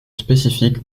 spécifique